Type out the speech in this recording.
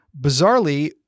Bizarrely